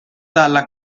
dalla